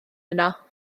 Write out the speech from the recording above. yno